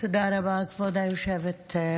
תודה רבה, כבוד היושבת-ראש.